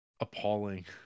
appalling